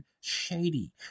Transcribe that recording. shady